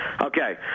Okay